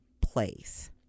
place